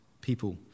people